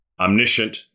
Omniscient